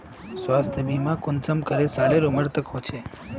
स्वास्थ्य बीमा कुंसम करे सालेर उमर तक होचए?